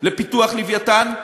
לפיתוח "לווייתן",